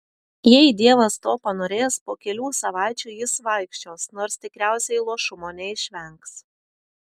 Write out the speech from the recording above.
jei dievas to panorės po kelių savaičių jis vaikščios nors tikriausiai luošumo neišvengs